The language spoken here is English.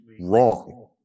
wrong